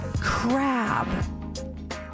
Crab